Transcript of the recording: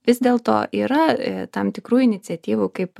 vis dėlto yra tam tikrų iniciatyvų kaip